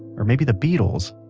or maybe the beatles.